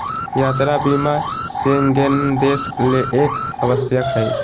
यात्रा बीमा शेंगेन देश ले एक आवश्यक हइ